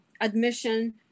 Admission